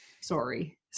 Sorry